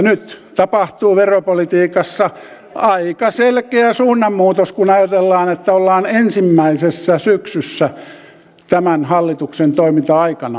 nyt tapahtuu veropolitiikassa aika selkeä suunnanmuutos kun ajatellaan että ollaan ensimmäisessä syksyssä tämän hallituksen toiminta aikana